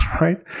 right